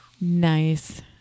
Nice